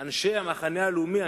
אנשי המחנה הלאומי,